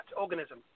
organism